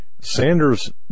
Sanders